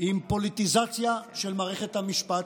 עם פוליטיזציה של מערכת המשפט,